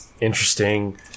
interesting